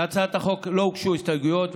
להצעת החוק לא הוגשו הסתייגויות,